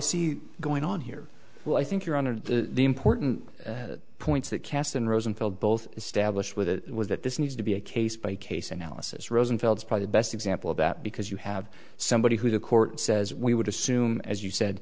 see going on here well i think you're on to the important points that kasten rosenfeld both established with it was that this needs to be a case by case analysis rosenfeld's probably the best example of that because you have somebody who the court says we would assume as you said